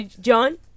John